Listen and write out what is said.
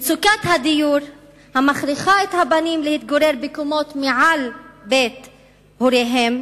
מצוקת הדיור המכריחה את הבנים להתגורר בקומות מעל בית הוריהם.